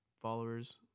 followers